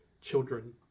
children